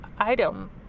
item